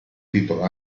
titolo